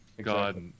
God